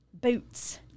Boots